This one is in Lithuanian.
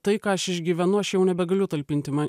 tai ką aš išgyvenu aš jau nebegaliu talpinti man